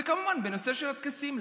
וכמובן בנושא של הטקסים,